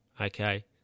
Okay